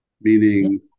meaning